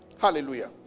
Hallelujah